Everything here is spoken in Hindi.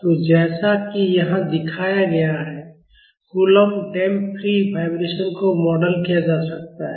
तो जैसा कि यहां दिखाया गया है कूलम्ब डैम्प्ड फ्री वाइब्रेशन को मॉडल किया जा सकता है